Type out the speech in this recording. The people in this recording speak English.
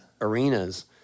arenas